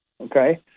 okay